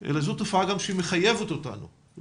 ישיבת הוועדה המיוחדת לזכויות הילד,